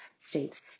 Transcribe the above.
states